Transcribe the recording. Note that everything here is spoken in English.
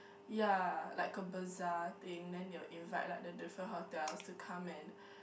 yeah like a bazaar thing then they will invite the different hotel to come and